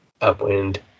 Upwind